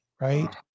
right